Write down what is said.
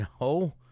No